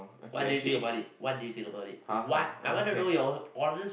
what do you think about it what do you think about it what I want to know your honest